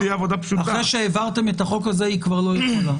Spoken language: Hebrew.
אחרי שהעברתם את החוק היא כבר לא יכולה.